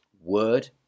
word